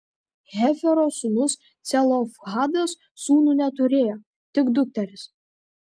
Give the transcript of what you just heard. hefero sūnus celofhadas sūnų neturėjo tik dukteris